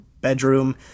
bedroom